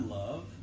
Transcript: love